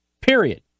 period